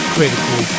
Critical